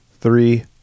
three